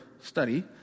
study